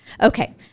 Okay